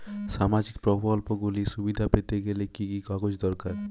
সামাজীক প্রকল্পগুলি সুবিধা পেতে গেলে কি কি কাগজ দরকার?